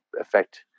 effect